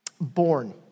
born